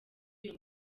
iyo